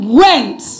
went